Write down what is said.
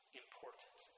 important